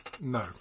No